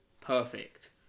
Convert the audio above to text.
perfect